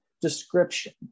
description